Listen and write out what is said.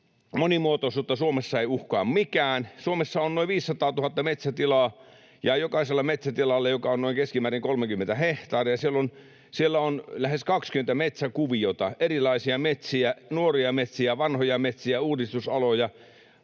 Monimuotoisuutta Suomessa ei uhkaa mikään. Suomessa on noin 500 000 metsätilaa, ja jokaisella metsätilalla, joka on noin keskimäärin 30 hehtaaria, on lähes 20 metsäkuviota. On erilaisia metsiä: nuoria metsiä, vanhoja metsiä, uudistusaloja,